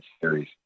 series